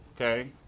okay